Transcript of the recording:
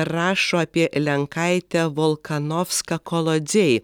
rašo apie lenkaitę volkanovską kolodziej